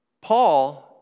Paul